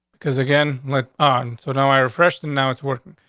because again, let on. so now i refreshed. and now it's working.